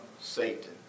Satan